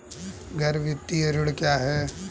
गैर वित्तीय ऋण क्या है?